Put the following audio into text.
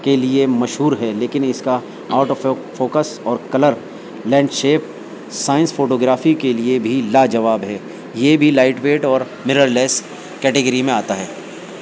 کے لیے مشہور ہے لیکن اس کا آؤٹ آف فوکس اور colour landscape science photography کے لیے بھی لاجواب ہے یہ بھی لائٹ ویٹ اور مرر لیس کیٹیگری میں آتا ہے